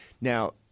Now –